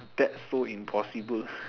that so impossible